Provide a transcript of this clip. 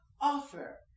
offer